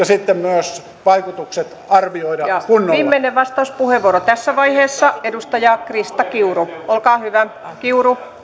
sitten myös vaikutukset arvioida kunnolla viimeinen vastauspuheenvuoro tässä vaiheessa edustaja krista kiuru olkaa hyvä